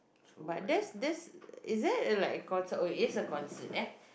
but that's that's is that like a concert or is a concert there